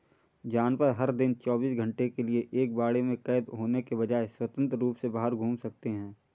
जानवर, हर दिन चौबीस घंटे के लिए एक बाड़े में कैद होने के बजाय, स्वतंत्र रूप से बाहर घूम सकते हैं